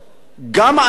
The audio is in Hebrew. שגם אדם